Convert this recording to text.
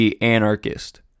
anarchist